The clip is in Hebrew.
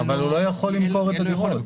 אבל הוא לא יכול למכור את הדירות.